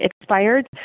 expired